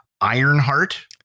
Ironheart